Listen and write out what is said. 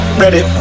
ready